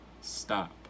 stop